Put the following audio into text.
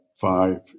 five